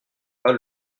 pas